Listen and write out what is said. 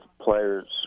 players